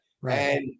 right